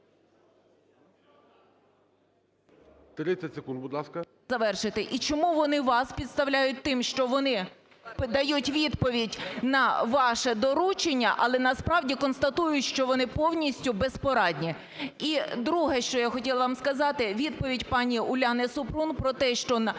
30 секунд, будь ласка.